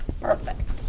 Perfect